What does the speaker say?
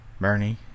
Bernie